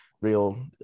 real